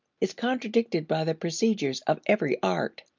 is contradicted by the procedures of every art.